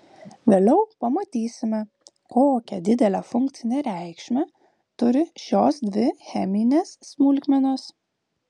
vėliau pamatysime kokią didelę funkcinę reikšmę turi šios dvi cheminės smulkmenos